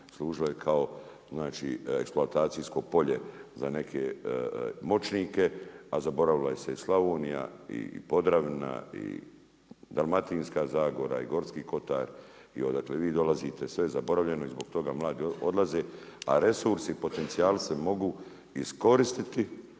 služilo je kao znači eksploatacijsko polje za neke moćnike a zaboravila se i Slavonija i Podravina i Dalmatinska zagora i Gorski kotar i odakle vi dolazite, sve je zaboravljeno i zbog toga mladi odlaze a resursi i potencijali se mogu iskoristiti